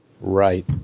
Right